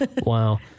Wow